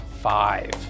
five